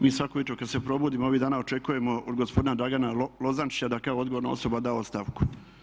Mi svako jutro kad se probudimo ovih dana očekujemo od gospodina Dragana Lozančića da kao odgovorna osoba da ostavku.